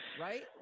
Right